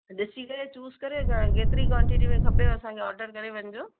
ॾिसी करे चूस करे तव्हांखे केतिरी क्वांटिटी में खपेव असांखे ऑडर करे वञिजो